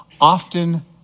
often